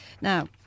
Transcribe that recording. Now